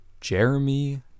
Jeremy